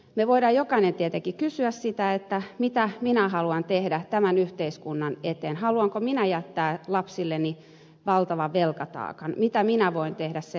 me voimme jokainen tietenkin kysyä sitä mitä minä haluan tehdä tämän yhteiskunnan eteen haluanko minä jättää lapsilleni valtavan velkataakan mitä minä voin tehdä sen eteen